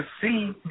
see